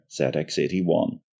ZX81